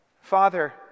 Father